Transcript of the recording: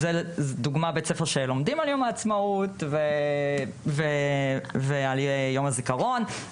זה לדוגמא בית ספר שלומדים על יום העצמאות ועל יום הזכרון.